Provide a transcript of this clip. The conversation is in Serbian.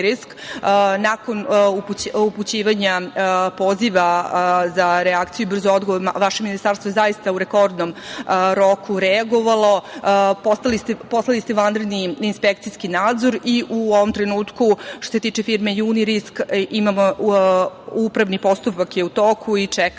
Nakon upućivanja poziva za reakciju vaše ministarstvo je zaista u rekordnom roku reagovalo. Poslali ste vanredni inspekcijski nadzor i u ovom trenutku što se tiče firme „Junirisk“ upravni postupak je u toku i čekamo